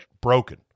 broken